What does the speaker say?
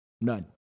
None